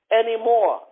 anymore